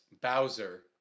bowser